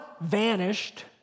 vanished